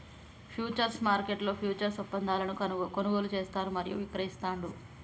futures మార్కెట్లో futures ఒప్పందాలను కొనుగోలు చేస్తారు మరియు విక్రయిస్తాండ్రు